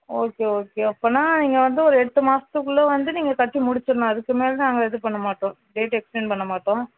okay okay அப்படின்னா நீங்கள் வந்து ஒரு எட்டுமாசத்துக்குள்ளே வந்து நீங்கள் கட்டி முடிச்சிடணும் அதுக்கு மேலே நாங்கள் இது பண்ணமாட்டோம் டேட்டு எக்ஸ்டெண்ட் பண்ணமாட்டோம்